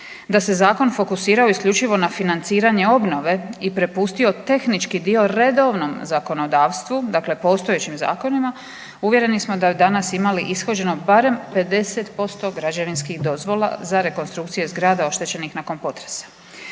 Da se zakon fokusirao isključivo na financiranje obnove i prepustio tehnički dio redovnom zakonodavstvu dakle postojećim zakonima uvjereni smo da bi danas imali ishođeno barem 50% građevinskih dozvola za rekonstrukcije zgrada oštećenih nakon potresa.